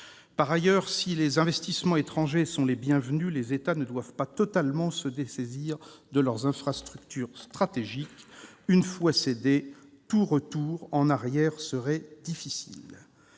De plus, si les investissements étrangers sont les bienvenus, les États ne doivent pas totalement se dessaisir de leurs infrastructures stratégiques. Une fois ces dernières cédées, tout retour en arrière serait difficile.